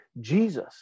Jesus